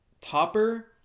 topper